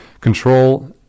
control